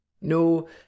No